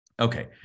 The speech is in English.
Okay